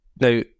Now